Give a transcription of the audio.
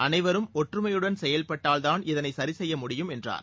அனைவரும் ஒற்றுமையுடன் செயல்பட்டால் தான் இதனை சுரி செய்ய முடியும் என்றார்